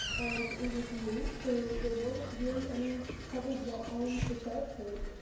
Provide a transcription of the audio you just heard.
and it was new so there wasn't really any covers yet on the search page,